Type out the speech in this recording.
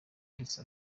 ndetse